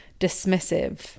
dismissive